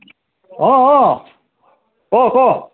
অঁ অঁ ক ক